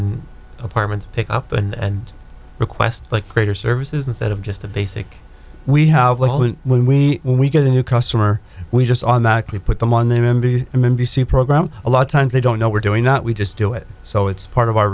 and apartments pick up and request like greater services instead of just a basic we have when we when we get a new customer we just automatically put them on their m b m m b c program a lot of times they don't know we're doing not we just do it so it's part of our